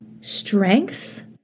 strength